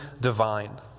divine